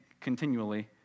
continually